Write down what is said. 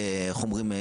איך אומרים?